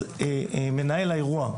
אז מנהל האירוע,